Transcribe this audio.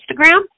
Instagram